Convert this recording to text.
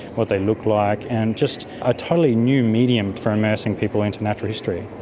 what they look like, and just a totally new medium for immersing people into natural history.